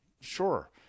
Sure